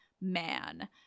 man